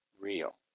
real